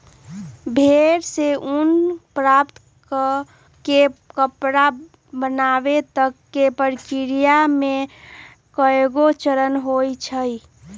भेड़ से ऊन प्राप्त कऽ के कपड़ा बनाबे तक के प्रक्रिया में कएगो चरण होइ छइ